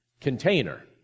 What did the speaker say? container